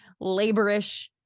laborish